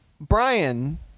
Brian